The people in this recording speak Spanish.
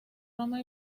roma